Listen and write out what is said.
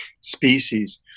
species